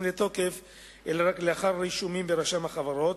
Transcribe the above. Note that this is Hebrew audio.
לתוקף אלא רק לאחר רישומים ברשם החברות,